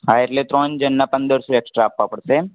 હા એટલે ત્રણ જણના પંદરસો એકસ્ટ્રા આપવા પડશે એમ